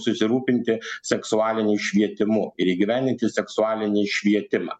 susirūpinti seksualiniu švietimu ir įgyvendinti seksualinį švietimą